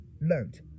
learned